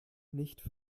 nicht